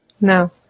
No